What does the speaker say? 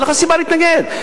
אין לך סיבה להתנגד.